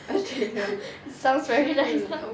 I don't know sounds very nice